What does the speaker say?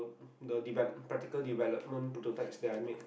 the develop~ practical development prototypes that I make